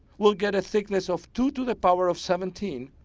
we'll get a thickness of two to the power of seventeen,